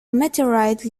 meteorite